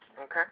Okay